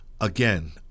again